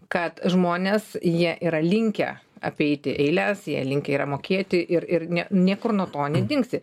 kad žmonės jie yra linkę apeiti eiles jie linkę yra mokėti ir ir ne niekur nuo to nedingsi